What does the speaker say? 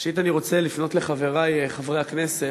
ראשית, אני רוצה לפנות לחברי חברי הכנסת.